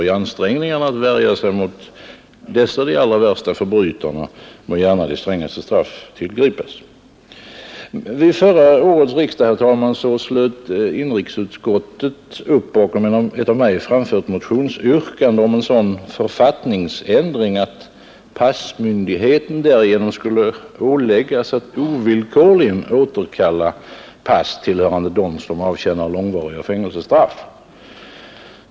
I ansträngningarna att värja sig mot dessa förbrytare av allra värsta slag må gärna de strängaste straff tillgripas. Vid förra årets riksdag, herr talman, slöt inrikesutskottet upp bakom ett av mig framfört motionsyrkande om en sådan författningsändring att passmyndigheten därigenom skulle åläggas att ovillkorligen återkalla pass tillhörande dem som avtjänar långvariga fängelsestraff.